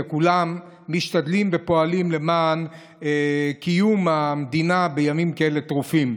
וכולם משתדלים ופועלים למען קיום המדינה בימים כאלה טרופים.